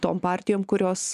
tom partijom kurios